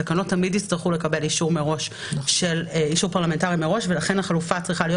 התקנות תמיד יצטרכו לקבל אישור פרלמנטרי מראש ולכן החלופה צריכה להיות